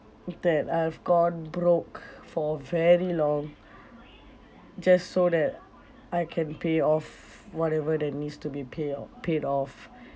that I've gone broke for very long just so that I can pay off whatever that needs to be pay o~ paid off